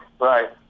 right